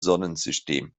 sonnensystem